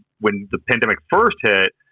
when the pandemic first hit,